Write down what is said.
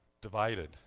divided